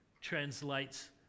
translates